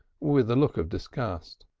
with a look of disgust.